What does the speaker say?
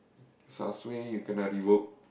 sia suay you kena rework